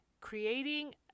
creating